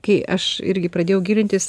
kai aš irgi pradėjau gilintis